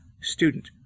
student